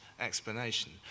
explanation